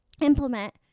implement